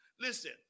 Listen